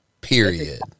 period